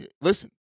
Listen